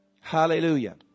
Hallelujah